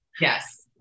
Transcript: Yes